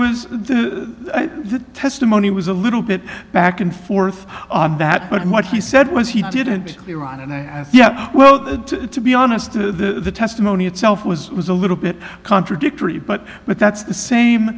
was the testimony was a little bit back and forth on that but what he said was he didn't iran and i yeah well to be honest the testimony itself was it was a little bit contradictory but but that's the same